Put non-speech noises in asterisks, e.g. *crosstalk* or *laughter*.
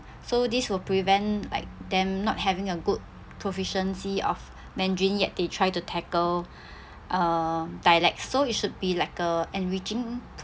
so this will prevent like them not having a good proficiency of mandarin yet they try to tackle *breath* uh dialect so it should be like uh enriching